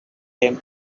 him